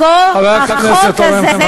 כבר לא מאמינים לכם.